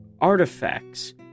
artifacts